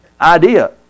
idea